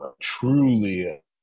truly